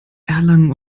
erlangen